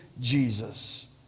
jesus